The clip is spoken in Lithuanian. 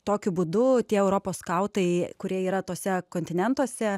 tokiu būdu tie europos skautai kurie yra tuose kontinentuose